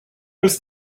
was